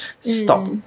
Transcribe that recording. stop